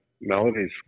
melodies